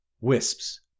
Wisps